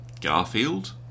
Garfield